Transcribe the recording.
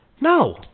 No